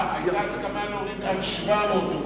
הסכום של 850 נשאר כפי שהיה.